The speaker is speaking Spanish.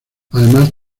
además